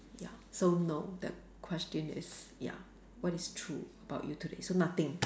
ya so no the question is ya what is true about you today so nothing